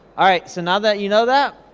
alright, so now that you know that,